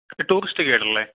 tourist guide അല്ലേ